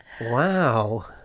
Wow